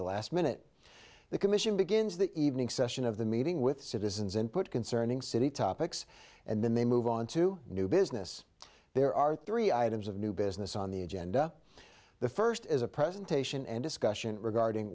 the last minute the commission begins the evening session of the meeting with citizens input concerning city topics and then they move on to new business there are three items of new business on the agenda the first is a presentation and discussion regarding